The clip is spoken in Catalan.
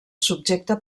subjecte